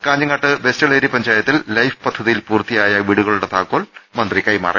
കാഞ്ഞങ്ങാട്ട് വെസ്റ്റ് എളേരി പഞ്ചായത്തിൽ ലൈഫ് പദ്ധതിയിൽ പൂർത്തിയായ വീടുകളുടെ താക്കോൽ മന്ത്രി കൈമാറി